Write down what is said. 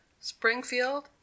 springfield